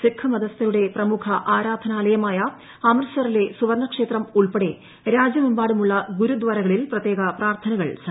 സിഖ് മത സ്ഥരുടെ പ്രമുഖ ആരാധനാലയമായ അമൃത്സറിലെ സുവർണ്ണക്ഷേ ത്രം ഉൾപ്പെടെ രാജ്യമെമ്പാടുമുള്ള ഗുരുദ്ധാര്കളിൽ പ്രത്യേക പ്രാർ ത്ഥനകൾ സംഘടിപ്പിച്ചു